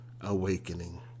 awakening